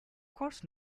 course